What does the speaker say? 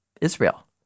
Israel